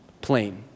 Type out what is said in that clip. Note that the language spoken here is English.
plain